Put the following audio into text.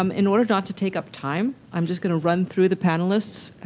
um in order not to take up time. i'm just going to run through the panelists,